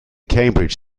cambridge